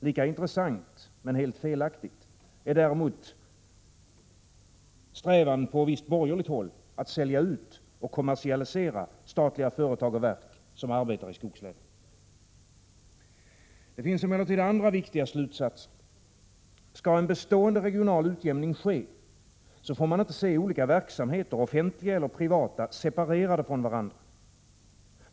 Lika intressant, men helt felaktigt, är däremot strävan från visst borgerligt håll att sälja ut och kommersialisera statliga företag och verk som arbetar i skogslänen. Det finns emellertid andra viktiga slutsatser. Skall en bestående regional utjämning ske, får man inte se olika verksamheter, offentliga eller privata, separerade från varandra.